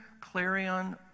clarion